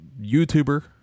YouTuber